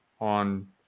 on